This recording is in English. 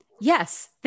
Yes